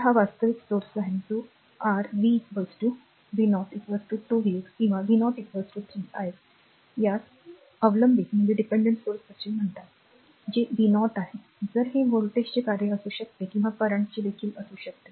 तर हा वास्तविक स्त्रोत आहे जो r v r v 0 2 v x किंवा v 0 3 i x यास अवलंबित स्त्रोत असे म्हणतात जे v 0 आहे जर ते व्होल्टेजचे कार्य असू शकते किंवा current चे देखील असू शकते